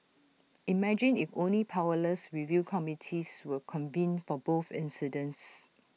imagine if only powerless review committees were convened for both incidents